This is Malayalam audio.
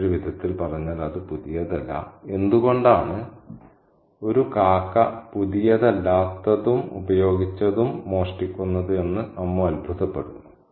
മറ്റൊരു വിധത്തിൽ പറഞ്ഞാൽ അത് പുതിയതല്ല എന്തുകൊണ്ടാണ് ഒരു കാക്ക പുതിയതല്ലാത്തതും ഉപയോഗിച്ചതും മോഷ്ടിക്കുന്നത് എന്ന് അമ്മു അത്ഭുതപ്പെടുന്നു